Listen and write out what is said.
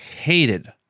hated